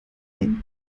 ein